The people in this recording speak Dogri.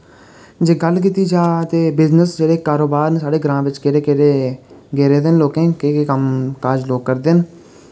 जे गल्ल कीती जा ते बिजनेस जेह्ड़े कारोबार न साढ़े ग्रां बिच केह्ड़े केह्ड़े घेरे दे न लोकें केह् केह् कम्म काज लोक करदे न